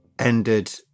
Ended